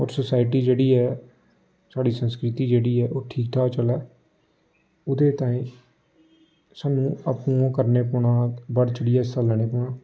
होर सोसाइटी जेह्ड़ी ऐ साढ़ी संस्कृति जेह्ड़ी ऐ ओह् ठीक ठाक चलै ओह्दे ताईं सानू आपूं गै ओह् करने पौना बड़ चढ़ियै हिस्सा लैने पौना